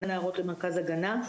והנערות למרכז הגנה,